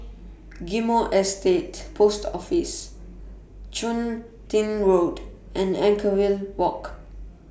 Ghim Moh Estate Post Office Chun Tin Road and Anchorvale Walk